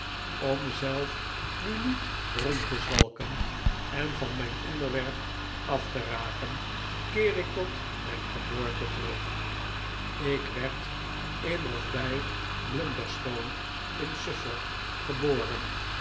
om zelf nu niet rond te zwalken en van mijn onderwerp af te raken keer ik tot mijn geboorte terug ik werd in of bij blunderstone in suffolk geboren